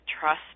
trust